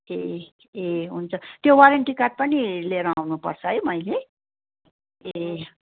ए ए हुन्छ त्यो वारेन्टी कार्ड पनि लिएर आउनुपर्छ है मैले ए